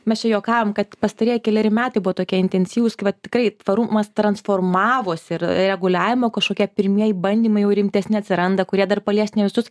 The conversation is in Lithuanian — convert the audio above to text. mes čia juokavom kad pastarieji keleri metai buvo tokie intensyvūs vat tikrai tvarumas transformavosi ir reguliavimo kažkokie pirmieji bandymai jau rimtesni atsiranda kurie dar palies ne visus